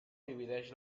divideix